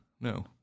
No